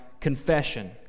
confession